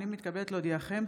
אני מתכבדת להודיעכם,